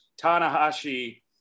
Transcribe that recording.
Tanahashi